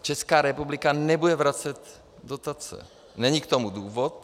Česká republika nebude vracet dotace, není k tomu důvod.